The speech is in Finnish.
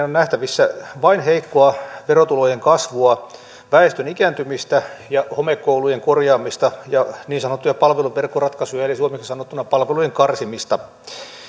on nähtävissä vain heikkoa verotulojen kasvua väestön ikääntymistä ja homekoulujen korjaamista ja niin sanottuja palveluverkkoratkaisuja eli suomeksi sanottuna palvelujen karsimista